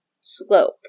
slope